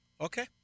okay